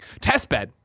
Testbed